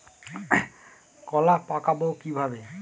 কলা পাকাবো কিভাবে?